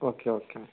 okay okay